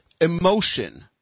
emotion